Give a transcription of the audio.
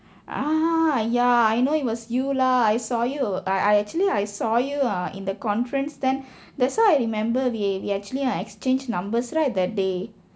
ah ya I know it was you lah I saw you I I actually I saw you ah in the conference then that's why I remember we we actually I exchange numbers right that day